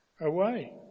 Away